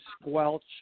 squelch